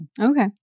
Okay